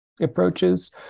approaches